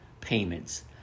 payments